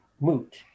moot